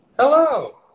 Hello